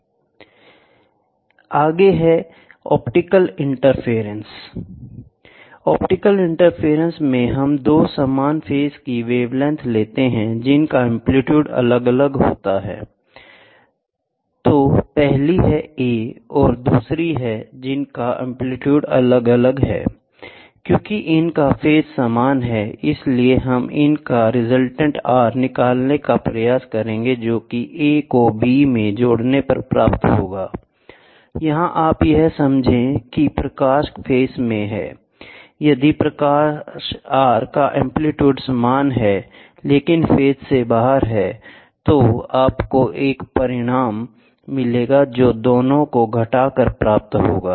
n1 15 n25 आगे है optical interference optical interference में हम दो समान फेस की वेवलेंथ लेते हैं जिनका एंप्लीट्यूड अलग अलग होता है I तुम पहली है A और दूसरी B है जिनका एंप्लीट्यूड अलग अलग है I क्योंकि इनका फेस समान है इसलिए हम इनका रिजल्टेंट R निकालने का प्रयास करेंगे जोकि A को B में जोड़ने पर प्राप्त होगा I यहां आप यह समझिए कि प्रकाश फेस में हैI यदि प्रकाश R का एंप्लीट्यूड समान है लेकिन फेस से बाहर है तो आपको एक परिणाम मिलेगा जो दोनों को घटा कर प्राप्त होगा